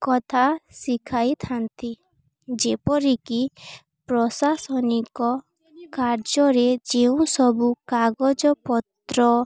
କଥା ଶିଖାଇଥାନ୍ତି ଯେପରିକି ପ୍ରଶାସନିକ କାର୍ଯ୍ୟରେ ଯେଉଁ ସବୁ କାଗଜପତ୍ର